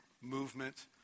movement